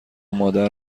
مادر